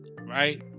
right